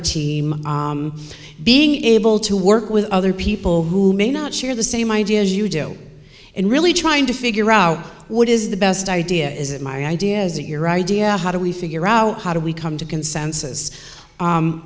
a team being able to work with other people who may not share the same idea as you do and really trying to figure out what is the best idea is it my idea is it your idea how do we figure out how do we come to consensus